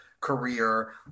career